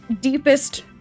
deepest